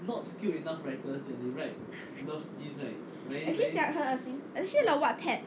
actually 讲很恶心 actually like wattpad